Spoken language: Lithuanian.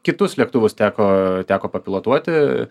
kitus lėktuvus teko teko papilotuoti